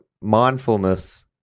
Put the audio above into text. mindfulness